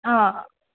ꯑꯥ